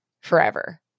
forever